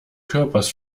körpers